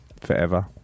forever